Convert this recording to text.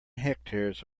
hectares